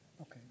Okay